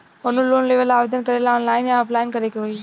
कवनो लोन लेवेंला आवेदन करेला आनलाइन या ऑफलाइन करे के होई?